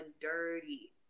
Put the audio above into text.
dirty